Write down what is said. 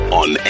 on